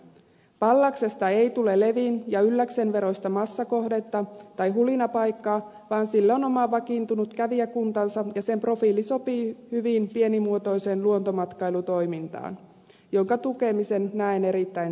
pallaksesta ei tule levin ja ylläksen veroista massakohdetta tai hulinapaikkaa vaan sillä on oma vakiintunut kävijäkuntansa ja sen profiili sopii hyvin pienimuotoiseen luontomatkailutoimintaan jonka tukemisen näen erittäin tärkeänä